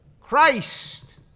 Christ